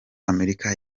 amerika